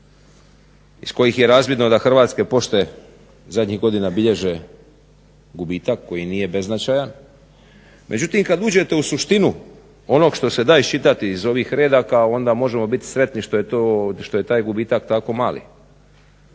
iz kojih je razvidno da Hrvatske pošte zadnjih godina bilježe gubitak koji nije beznačajan. Međutim, kad uđete u suštinu onog što se da iščitati iz ovih redaka onda možemo biti sretni što je taj gubitak tako mali.